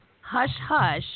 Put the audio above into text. hush-hush